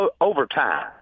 overtime